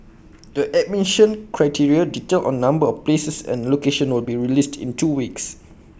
the admission criteria details on number of places and locations will be released in two weeks